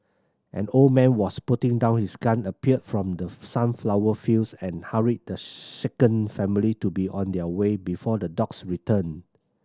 an old man was putting down his gun appeared from the sunflower fields and hurried the shaken family to be on their way before the dogs return